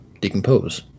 decompose